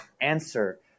answer